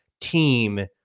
team